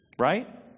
right